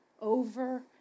over